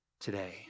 today